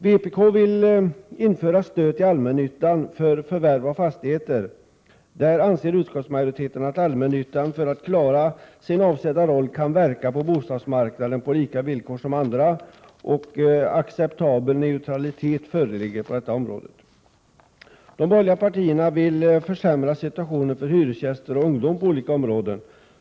Vpk vill införa stöd till allmännyttan för förvärv av fastigheter. Där anser utskottsmajoriteten att allmännyttan, för att klara sin avsedda roll, kan verka på bostadsmarknaden på lika villkor som andra. Acceptabel neutralitet föreligger på detta område. De borgerliga partierna vill försämra situationen för hyresgäster och ungdom på olika områden.